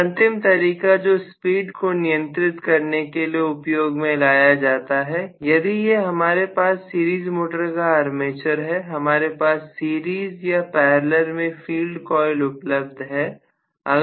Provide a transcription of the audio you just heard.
एक अंतिम तरीका जो स्पीड को नियंत्रित करने के लिए उपयोग में लाया जाता है यदि यह हमारे सीरीज मोटर का आर्मेचर है हमारे पास सीरीज या पैरेलल में फील्ड कॉइल उपलब्ध है